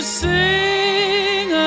sing